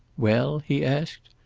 well? he asked.